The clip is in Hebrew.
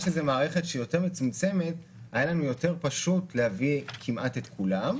חלקית לפי סעיף 20." אולי נעשה הפסקה ותסביר לנו מה המצב אצלכם,